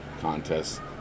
contest